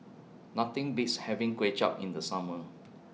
Nothing Beats having Kuay Chap in The Summer